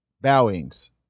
bowings